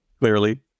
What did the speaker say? Clearly